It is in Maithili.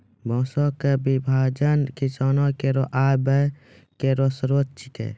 बांसों क विभाजन किसानो केरो आय व्यय केरो स्रोत छिकै